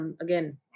again